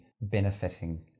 benefiting